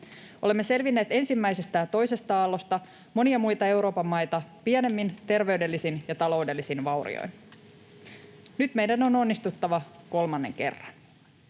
Olemme selvinneet ensimmäisestä ja toisesta aallosta monia muita Euroopan maita pienemmin terveydellisin ja taloudellisin vaurioin. Nyt meidän on onnistuttava kolmannen kerran.